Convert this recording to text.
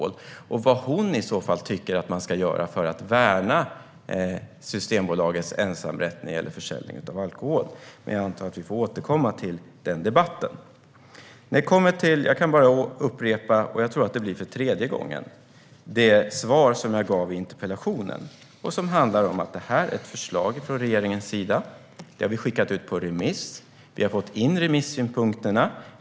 Och jag skulle vilja veta vad hon i så fall tycker att man ska göra för att värna Systembolagets ensamrätt när det gäller försäljning av alkohol. Men jag antar att vi får återkomma till den debatten. Jag kan bara upprepa - jag tror att det blir för tredje gången - det svar som jag gav i interpellationssvaret. Det handlar om att detta är ett förslag från regeringens sida. Vi har skickat ut det på remiss. Vi har fått in remissynpunkterna.